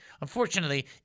Unfortunately